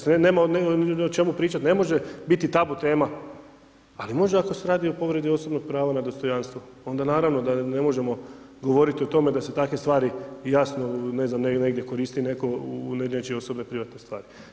Nema o čemu pričat, ne može biti tabu tema, ali može ako se radi o povredi osobnog prava na dostojanstvo, onda naravno da ne možemo govoriti o tome da se takve stvari jasno ne znam negdje koristi netko u nečije osobne privatne stvari.